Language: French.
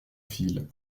fil